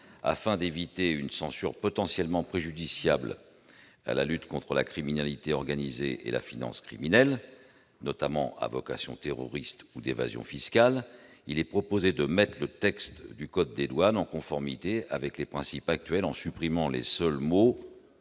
Afin d'éviter une censure potentiellement préjudiciable à la lutte contre la criminalité organisée et la finance criminelle, notamment à vocation terroriste ou à des fins d'évasion fiscale, nous proposons de mettre le code des douanes en conformité avec les principes actuels en supprimant les seuls mots